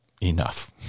Enough